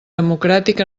democràtic